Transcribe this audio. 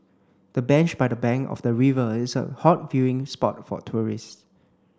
the bench by the bank of the river is a hot viewing spot for tourists